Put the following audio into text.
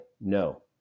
No